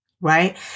right